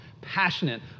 passionate